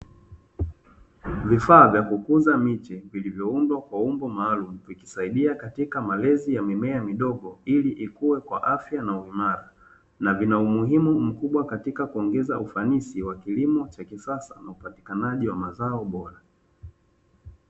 Vifaa vya kukuza miche vilivyoundwa kwa umbo maalumu vikisaidia katika malezi ya mimea midogo ili ikuwe kwa afya na uhimara, na vina umuhimu mkubwa katika kuongeza ufanisi wa kilimo cha kisasa na upatikanaji wa mazao bora.